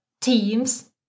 teams